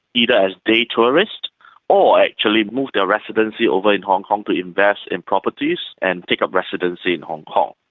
either as day tourists or actually move their residency over in hong kong to invest in properties and take up residency in hong kong.